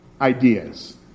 ideas